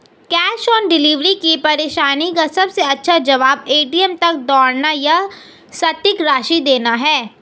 cash on delivery की परेशानी का सबसे अच्छा जवाब, ए.टी.एम तक दौड़ना या सटीक राशि देना है